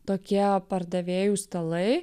tokie pardavėjų stalai